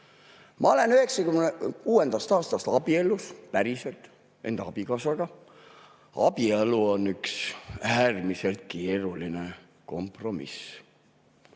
Ma olen 1996. aastast abielus, päriselt, enda abikaasaga. Abielu on üks äärmiselt keeruline kompromiss.